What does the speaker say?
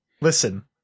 listen